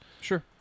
Sure